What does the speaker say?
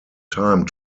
time